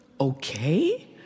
Okay